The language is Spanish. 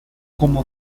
como